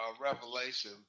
revelation